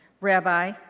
rabbi